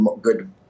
good